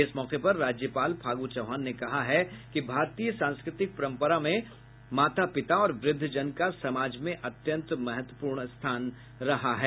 इस मौके पर राज्यपाल फागु चौहान ने कहा है कि भारतीय सांस्कृतिक परम्परा में माता पिता और वृद्वजन का समाज में अत्यंत महत्वपूर्ण स्थान रहा है